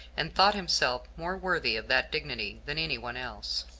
and thought himself more worthy of that dignity than any one else.